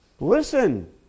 Listen